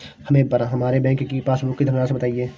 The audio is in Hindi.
हमें हमारे बैंक की पासबुक की धन राशि बताइए